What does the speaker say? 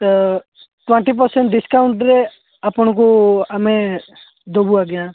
twenty percent ଡିସକାଉଣ୍ଟରେ ଆପଣଙ୍କୁ ଆମେ ଦେବୁ ଆଜ୍ଞା